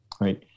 right